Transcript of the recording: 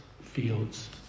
fields